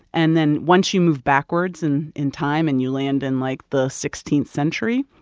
and then once you move backwards in in time, and you land in, like, the sixteenth century,